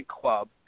club